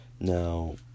Now